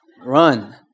run